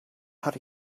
harry